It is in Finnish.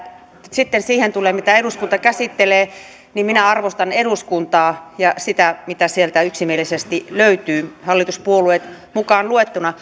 sitten siihen tulee mitä eduskunta käsittelee niin minä arvostan eduskuntaa ja sitä mitä sieltä yksimielisesti löytyy hallituspuolueet mukaan luettuna